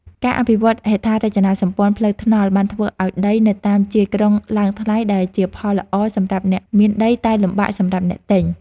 ការអភិវឌ្ឍហេដ្ឋារចនាសម្ព័ន្ធផ្លូវថ្នល់បានធ្វើឱ្យដីនៅតាមជាយក្រុងឡើងថ្លៃដែលជាផលល្អសម្រាប់អ្នកមានដីតែលំបាកសម្រាប់អ្នកទិញ។